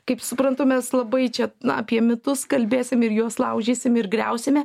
kaip suprantu mes labai čia na apie mitus kalbėsim ir juos laužysim ir griausime